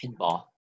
pinball